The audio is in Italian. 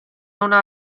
una